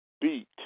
beat